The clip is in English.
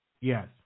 Yes